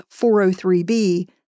403b